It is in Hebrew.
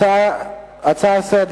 הנושא הבא: